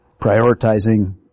prioritizing